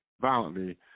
violently